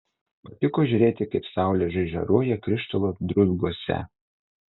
patiko žiūrėti kaip saulė žaižaruoja krištolo druzguose